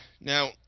Now